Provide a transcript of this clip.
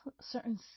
certain